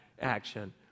action